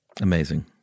Amazing